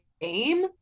game